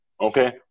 okay